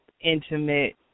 intimate